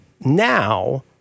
now